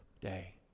day